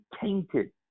tainted